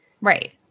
Right